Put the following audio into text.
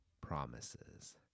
promises